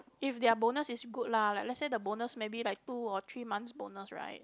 if their bonus is good lah like lets say the bonus maybe like two or three months bonus right